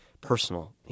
personal